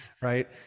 right